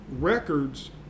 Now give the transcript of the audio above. records